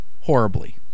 Horribly